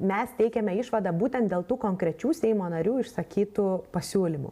mes teikėme išvadą būtent dėl tų konkrečių seimo narių išsakytų pasiūlymų